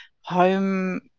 home